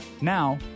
Now